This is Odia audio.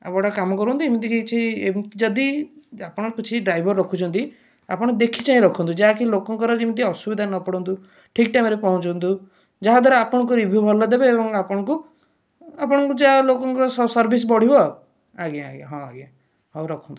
ଆଉ ଗୋଟିଏ କାମ କରନ୍ତୁ ଏମତି କିଛି ଏମତି ଯଦି ଆପଣ କିଛି ଡ୍ରାଇଭର୍ ରଖୁଛନ୍ତି ଆପଣ ଦେଖି ଚାହିଁ ରଖନ୍ତୁ ଯାହାକି ଲୋକଙ୍କର ଯେମତି ଅସୁବିଧାରେ ନପଡ଼ନ୍ତୁ ଠିକ ଟାଇମ୍ରେ ପହଞ୍ଚନ୍ତୁ ଯାହା ଦ୍ୱାରା ଆପଣଙ୍କୁ ରିଭ୍ୟୁ ଭଲ ଦେବେ ଏବଂ ଆପଣଙ୍କୁ ଆପଣଙ୍କୁ ଯାହା ଲୋକଙ୍କର ସର୍ଭିସ୍ ବଢ଼ିବ ଆଉ ଆଜ୍ଞା ଆଜ୍ଞା ହଁ ଆଜ୍ଞା ହଉ ରଖନ୍ତୁ